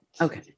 okay